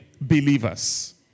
believers